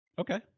Okay